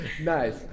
Nice